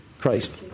Christ